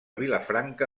vilafranca